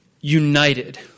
united